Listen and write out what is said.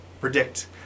predict